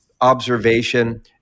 observation